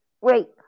Wait